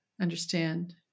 understand